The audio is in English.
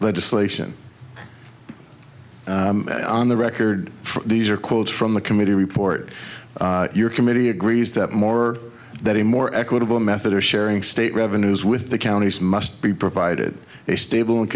legislation on the record for these are quotes from the committee report your committee agrees that more that a more equitable method or sharing state revenues with the counties must be provided a stable and